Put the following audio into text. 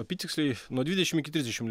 apytiksliai nuo dvidešimt iki trisdešimt